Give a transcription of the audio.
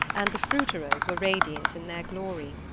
and the fruiterers' were radiant in their glory.